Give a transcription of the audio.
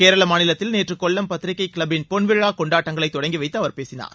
கேரள மாநிலத்தில் நேற்று கொல்லம் பத்திரிகை கிளப் பின் பொன்விழா கொண்டாட்டங்களை தொடங்கி வைத்து அவர் பேசினார்